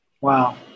wow